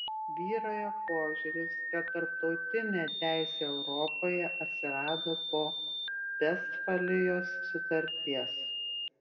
vyrauja požiūris kad tarptautinė teisė europoje atsirado po vestfalijos sutarties